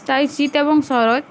তাই শীত এবং শরৎ